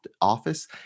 office